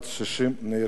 בת 60 נהרגה.